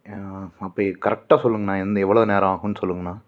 அப்போ கரெக்டாக சொல்லுங்கண்ணா எந்த எவ்வளோ நேரம் ஆகும் சொல்லுங்கண்ணா